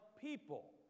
people